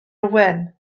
owen